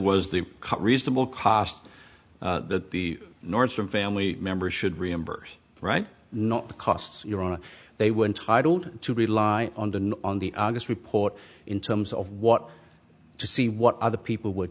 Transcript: was the reasonable cost that the nordstrom family members should reimburse right not the costs you're on they were entitled to rely on than on the august report in terms of what to see what other people w